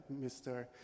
Mr